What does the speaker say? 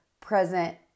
present